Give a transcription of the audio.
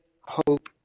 hope